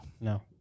No